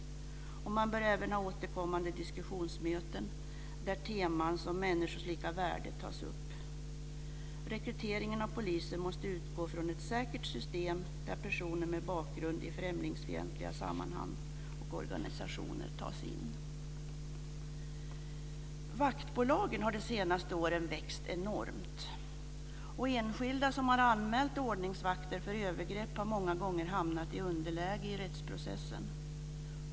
Man bör även ha återkommande diskussionsmöten där teman som människors lika värde tas upp. Rekryteringen av poliser måste utgå från ett säkert system där personer med bakgrund i främlingsfientliga sammanhang och organisationer finns med. Vaktbolagen har under de senaste åren växt enormt. Enskilda som har anmält ordningsvakter för övergrepp har många gånger hamnat i underläge i rättsprocessen.